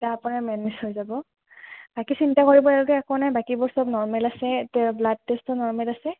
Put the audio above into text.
তাৰ পৰা মেনেজ হৈ যাব বাকী চিন্তা কৰিব লগীয়া একো নাই বাকী চব নৰ্মেল আছে ব্লাড টেষ্টো নৰ্মেল আছে